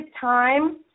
time